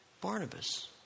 Barnabas